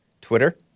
Twitter